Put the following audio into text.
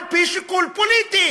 על-פי שיקול פוליטי